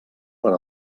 per